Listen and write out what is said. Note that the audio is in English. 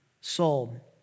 soul